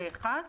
זה פסקה (1).